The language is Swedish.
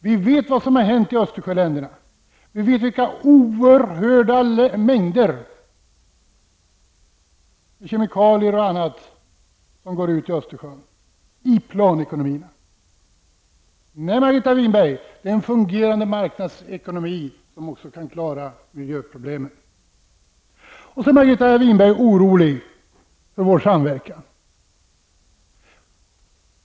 Vi vet vad som har hänt i Östersjöländerna och hur oerhört stora mängder kemikalier och annat som går ut i Margareta Winberg, det är en fungerande marknadsekonomi som kan klara miljöproblemen. Margareta Winberg oroar sig för vår samverkan.